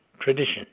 tradition